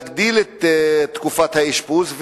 להגדיל את תקופת האשפוז,